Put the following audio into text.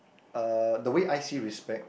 uh the way I see respect